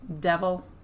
devil